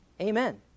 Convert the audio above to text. Amen